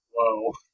Whoa